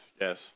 yes